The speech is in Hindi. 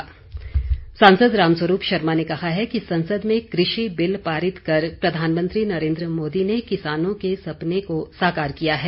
राम स्वरूप शर्मा सांसद रामस्वरूप शर्मा ने कहा है कि संसद में कृषि बिल पारित कर प्रधानमंत्री नरेन्द्र मोदी ने किसानों के सपने को साकार किया है